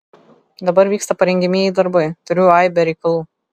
dabar vyksta parengiamieji darbai turiu aibę reikalų